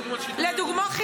לדוגמה,